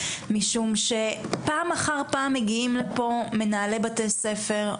משום שפעם אחר פעם מגיעים לפה מנהלי בתי ספר,